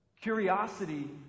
Curiosity